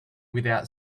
without